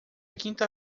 quinta